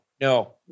no